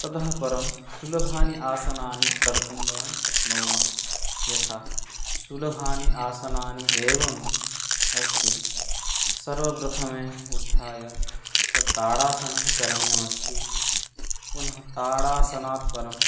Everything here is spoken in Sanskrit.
ततः परं सुलभानि आसनानि कर्तुं वयं शक्नुमः यथा सुलभानि आसनानि एवम् अस्ति सर्वप्रथमम् उत्थाय तत् ताडासनं करणीयमस्ति पुनः ताडासनात्परम्